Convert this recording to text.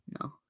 no